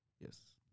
Yes